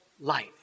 life